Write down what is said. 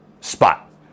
spot